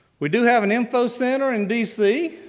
we do have an info center in dc,